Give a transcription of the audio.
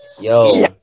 Yo